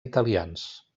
italians